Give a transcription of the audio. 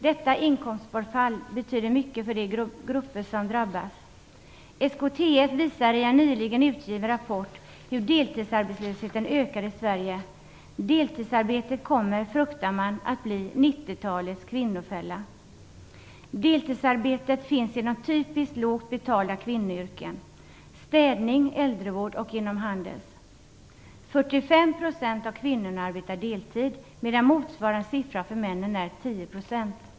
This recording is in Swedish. Detta inkomstbortfall betyder mycket för de grupper som drabbas. SKTF visar i en nyligen utgiven rapport hur deltidsarbetslösheten ökar i Sverige. Deltidsarbetet kommer, fruktar man, att bli 90-talets kvinnofälla. Deltidsarbetet finns inom typiska lågt betalda kvinnoyrken - städning, äldrevård och på handelns område. 45 % av kvinnorna arbetar deltid, medan motsvarande siffra för männen är 10 %.